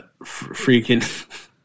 Freaking